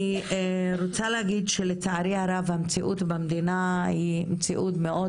אני רוצה להגיד שלצערי הרב המציאות במדינה היא מציאות מאוד